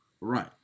Right